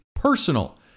Personal